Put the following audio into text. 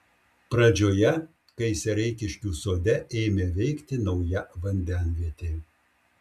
pradžioje kai sereikiškių sode ėmė veikti nauja vandenvietė